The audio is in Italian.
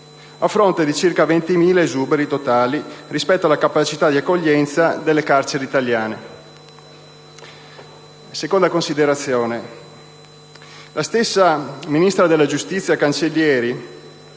a fronte di circa 20.000 esuberi totali rispetto alla capacità di accoglienza delle carceri italiane. Seconda considerazione. La stessa ministra della giustizia Cancellieri,